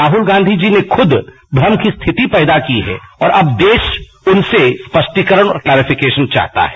राहल गांधी जी ने खुद भ्रम की स्थिति पैदा की है और अब देश उनसे स्पष्टीकरण और क्लेरिफिकेशन चाहता है